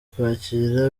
kwakira